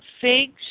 figs